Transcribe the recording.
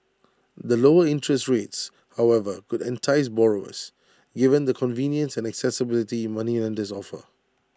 the lower interests rates however could entice borrowers given the convenience and accessibility moneylenders offer